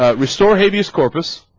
ah restore hideous corpus